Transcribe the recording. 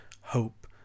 hope